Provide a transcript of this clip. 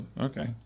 Okay